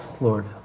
Lord